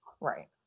right